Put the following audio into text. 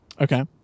Okay